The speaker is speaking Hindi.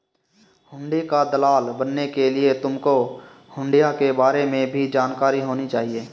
हुंडी का दलाल बनने के लिए तुमको हुँड़ियों के बारे में भी जानकारी होनी चाहिए